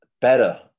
better